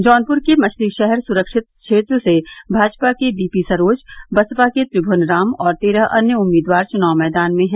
जौनपुर के मछलीशहर सुरक्षित क्षेत्र से भाजपा के बीपीसरोज बसपा के त्रिभुवन राम और तेरह अन्य उम्मीदवार चुनाव मैदान में हैं